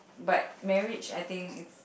but marriage I think it's